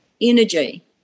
energy